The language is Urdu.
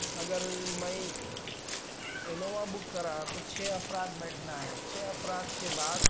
اگر میں انووا بک کرا تو چھ افراد بیٹھنا ہے چھ افراد کے بعد